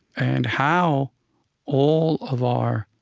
and how all of our